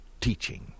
teaching